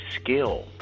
skill